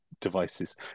devices